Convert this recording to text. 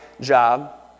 job